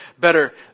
better